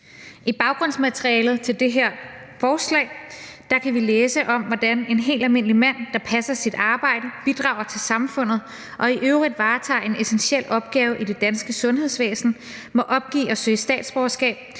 I baggrundsmaterialet til det her forslag kan vi læse om, hvordan en helt almindelig mand, der passer sit arbejde, bidrager til samfundet og i øvrigt varetager en essentiel opgave i det danske sundhedsvæsen, må opgive at søge statsborgerskab,